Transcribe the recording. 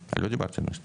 לא דיברתי על דמי הסתגלות.